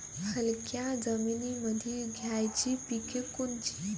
हलक्या जमीनीमंदी घ्यायची पिके कोनची?